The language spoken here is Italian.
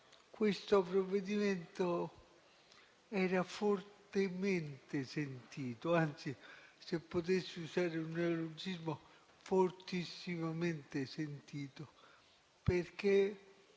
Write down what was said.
Questo provvedimento era fortemente sentito, anzi, se potessi usare un neologismo, fortissimamente sentito, perché